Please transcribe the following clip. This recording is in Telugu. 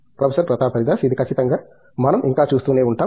ప్రొఫెసర్ ప్రతాప్ హరిదాస్ ఇది ఖచ్చితంగా మనం ఇంకా చూస్తూనే ఉంటాం